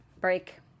break